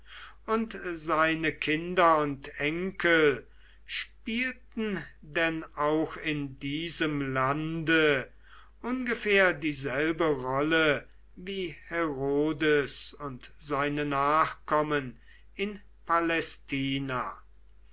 und seine kinder und enkel spielten denn auch in diesem lande ungefähr dieselbe rolle wie herodes und seine nachkommen in